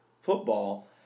football